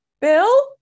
Bill